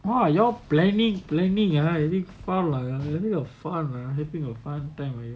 !wah! y'all planning planning ah having fun lah y'all having a fun ah having a fun time